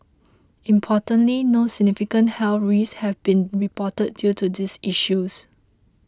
importantly no significant health risks have been reported due to these issues